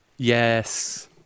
yes